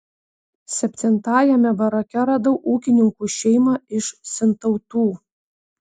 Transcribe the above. septintajame barake radau ūkininkų šeimą iš sintautų